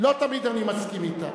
לא תמיד אני מסכים אתה.